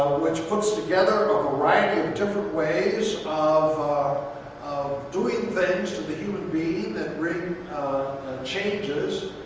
which puts together a variety of different ways of of doing things to the human being that bring changes.